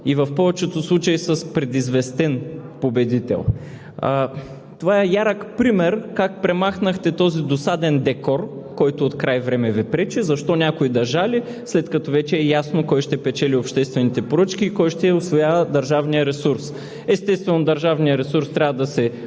и в повечето случаи с предизвестен победител. Това е ярък пример как премахнахте този досаден декор, който открай време Ви пречи – защо някой да жали, след като вече е ясно кой ще печели обществените поръчки и кой ще усвоява държавния ресурс. Естествено, държавният ресурс трябва да се